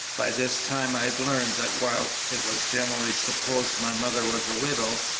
by this time i had learned that while it was generally supposed my mother was a widow,